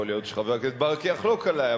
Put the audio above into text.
יכול להיות שחבר הכנסת ברכה יחלוק עלי: